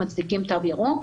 מצדיקים תו ירוק.